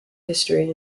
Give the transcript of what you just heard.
history